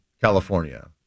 California